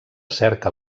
cerca